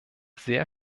sehr